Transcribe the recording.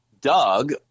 Doug